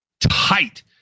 Tight